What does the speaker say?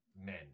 men